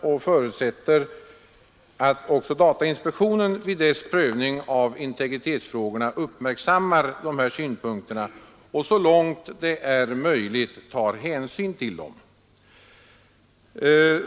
Vi förutsätter att också datainspektionen vid sin prövning av integritetsfrågorna uppmärksammar dessa synpunkter och så långt det är möjligt tar hänsyn till dem.